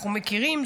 אנחנו מכירים,